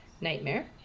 nightmare